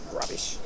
rubbish